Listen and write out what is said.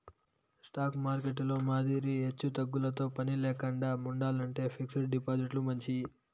stock మార్కెట్టులో మాదిరి ఎచ్చుతగ్గులతో పనిలేకండా ఉండాలంటే ఫిక్స్డ్ డిపాజిట్లు మంచియి